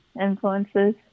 influences